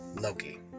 Loki